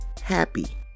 happy